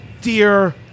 Dear